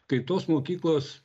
kai tos mokyklos